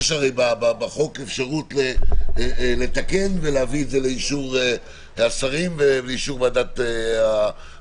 הרי בחוק יש אפשרות לתקן ולהביא את זה לאישור השרים ולאישור ועדת החוקה,